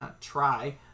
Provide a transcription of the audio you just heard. Try